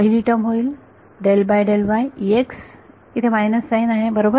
पहिली टर्म होईल इथे मायनस साईन आहे बरोबर